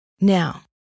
Now